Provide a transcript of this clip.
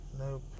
Nope